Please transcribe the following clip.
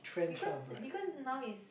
because because now is